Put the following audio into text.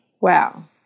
wow